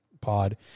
pod